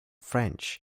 french